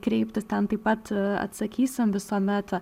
kreiptis ten taip pat atsakysim visuomet